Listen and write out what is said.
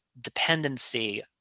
dependency